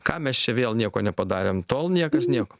ką mes čia vėl nieko nepadarėm tol niekas nieko